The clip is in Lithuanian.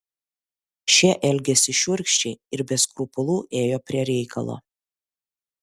šie elgėsi šiurkščiai ir be skrupulų ėjo prie reikalo